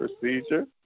procedure